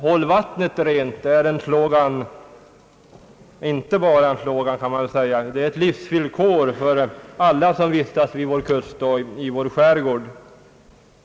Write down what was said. Håll vattnet rent — det är inte bara en slogan utan ett livsvillkor för alla som vistas vid våra kuster och i våra skärgårdar.